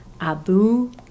Abu